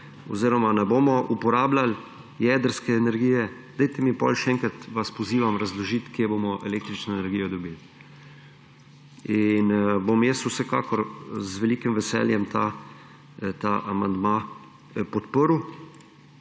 oziroma ne bomo uporabljali jedrske energije, dajte mi potem še enkrat, vas pozivam, razložiti, kje bomo električno energijo dobili. In bom vsekakor z velikim veseljem ta amandma podprl